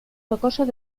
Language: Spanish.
rocosos